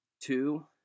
Two